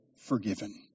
forgiven